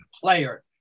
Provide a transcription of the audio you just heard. player